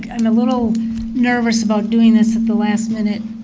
and little nervous about doing this at the last minute,